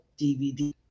dvd